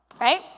right